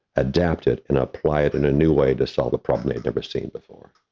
adapt it, and apply it in a new way to solve the problem they'd never seen before.